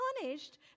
punished